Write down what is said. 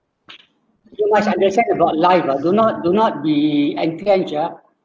you must understand about life ah do not do not be entrenched ah